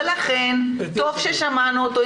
ולכן טוב ששמענו אותו,